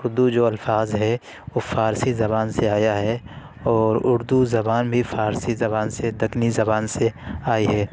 اردو جو الفاظ ہے وہ فارسی زبان سے آیا ہے اور اردو زبان بھی فارسی زبان سے دکنی زبان سے آئی ہے